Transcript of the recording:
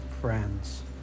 friends